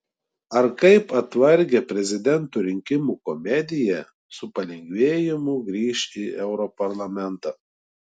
ar kaip atvargę prezidentų rinkimų komediją su palengvėjimu grįš į europarlamentą